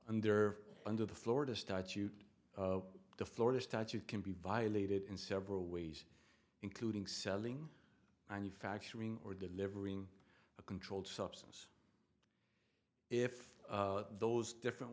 there under the florida statute the florida statute can be violated in several ways including selling a new factoring or delivering a controlled substance if those different